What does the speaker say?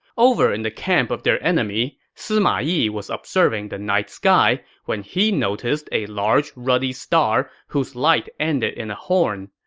over in the camp of their enemy, sima yi was observing the night sky when he noticed a large, ruddy star whose light ended in a horn.